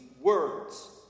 words